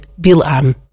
Bilam